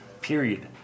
period